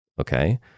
Okay